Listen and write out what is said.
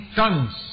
tons